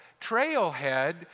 trailhead